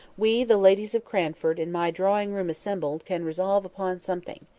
we, the ladies of cranford, in my drawing-room assembled, can resolve upon something.